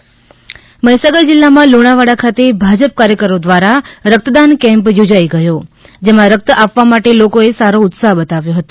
લુણાવાડા ભાજપ સેવા સપ્તાહ મહીસાગર જિલ્લામાં લૂણાવાડા ખાતે ભાજપ કાર્યકરો દ્વારા રક્તદાન કેમ્પ યોજાઈ ગયો જેમાં રક્ત આપવા માટે લોકોએ સારો ઉત્સાહ બતાવ્યો હતો